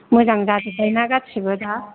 मोजां जाजोब्बाय ना गासैबो दा